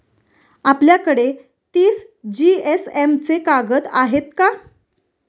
आपल्याकडे तीस जीएसएम चे कागद आहेत का?